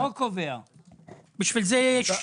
היעד פה